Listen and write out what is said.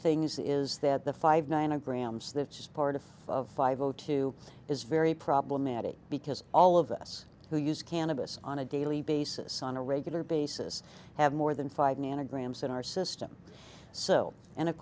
things is that the five nine a grams that's part of five o two is very problematic because all of us who use cannabis on a daily basis on a regular basis have more than five nanograms in our system so and of